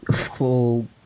full